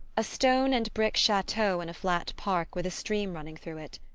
a stone and brick chateau in a flat park with a stream running through it.